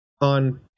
on